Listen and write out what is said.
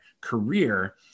career